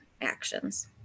actions